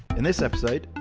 in this episode,